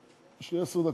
יש לי עשר דקות,